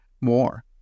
more